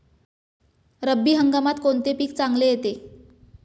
रब्बी हंगामात कोणते पीक चांगले येते?